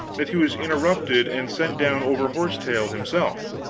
that he was interrupted and sent down over horse-tail himself.